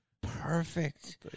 perfect